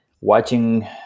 watching